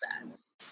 process